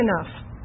enough